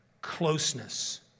closeness